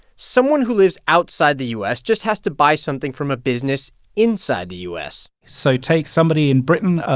someone who lives outside the u s. just has to buy something from a business inside the u s so take somebody in britain.